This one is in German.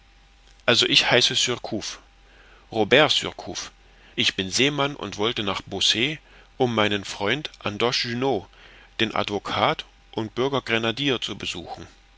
also ich heiße surcouf robert surcouf bin seemann und wollte nach beausset um meinen freund andoche junot den advokat und bürger grenadier zu besuchen